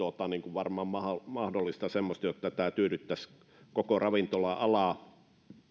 varmaan mahdollista semmoinen että tämä tyydyttäisi koko ravintola alaa